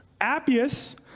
Appius